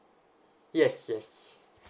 yes yes